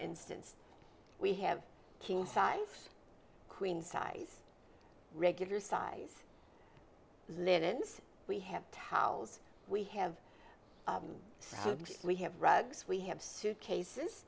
instance we have king size queen size regular size linens we have towels we have so we have rugs we have suitcases